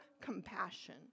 compassion